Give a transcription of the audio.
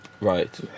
right